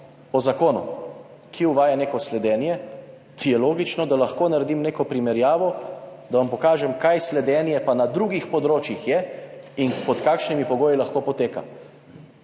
o zakonu, ki uvaja neko sledenje, je logično, da lahko naredim neko primerjavo, da vam pokažem, kaj je sledenje na drugih področjih in pod kakšnimi pogoji lahko poteka,